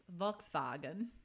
Volkswagen